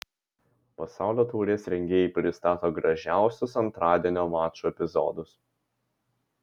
pasaulio taurės rengėjai pristato gražiausius antradienio mačų epizodus